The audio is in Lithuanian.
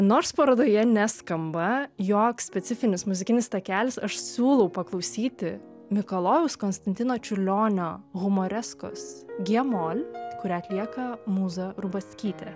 nors parodoje neskamba joks specifinis muzikinis takelis aš siūlau paklausyti mikalojaus konstantino čiurlionio humoreskos gie mol kurią atlieka mūza rubackytė